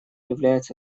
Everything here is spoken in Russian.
является